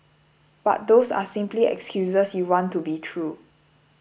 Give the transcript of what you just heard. but those are simply excuses you want to be true